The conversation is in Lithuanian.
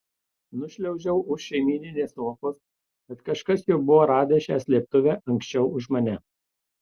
nušliaužiau už šeimyninės sofos bet kažkas jau buvo radęs šią slėptuvę anksčiau už mane